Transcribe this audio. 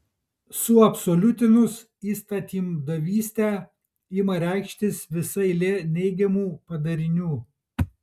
suabsoliutinus įstatymdavystę ima reikštis visa eilė neigiamų padarinių